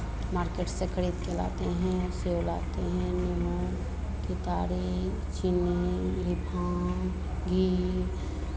market से खरीद के लाते हैं सेब लाते हैं नींबू कितारी चीनी रिफाइंड घी